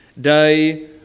day